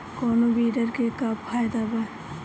कौनो वीडर के का फायदा बा?